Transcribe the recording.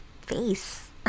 face